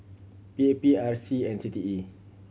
P A P R C and C T E